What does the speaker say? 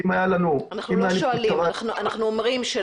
כי